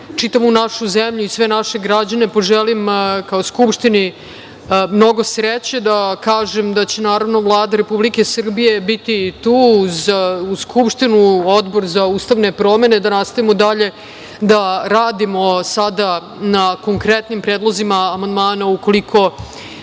čitavu našu zemlju i sve naše građane poželim, kao Skupštini, mnogo sreće, da kažem da će naravno Vlada Republike Srbije biti tu uz Skupštinu, Odbor za ustavne promene, da nastavimo dalje da radimo sada na konkretnim predlozima amandmana ukoliko